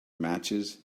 matches